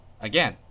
Again